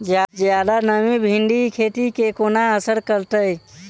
जियादा नमी भिंडीक खेती केँ कोना असर करतै?